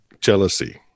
Jealousy